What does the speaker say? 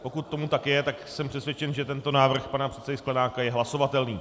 Pokud tomu tak je, tak jsem přesvědčen, že tento návrh pana předsedy Sklenáka je hlasovatelný.